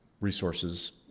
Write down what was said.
resources